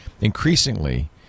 Increasingly